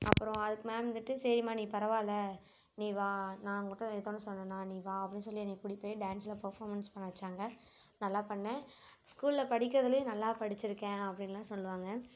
அப்பறம் அதுக்கு மேம் வந்துட்டு சரிம்மா நீ பரவாயில்ல நீ வா நான் உங்கிட்ட ஏதானும் சொன்னென்னா நீ வா அப்படின்னு சொல்லி என்னையை கூட்டிட்டு போய் டான்ஸ்ல பேர்ஃபார்மன்ஸ் பண்ண வச்சாங்க நல்லா பண்ணேன் ஸ்கூல்ல படிக்கிறதிலையும் நல்லா படிச்சிருக்கேன் அப்படின்னுலாம் சொல்லுவாங்கள்